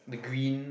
the green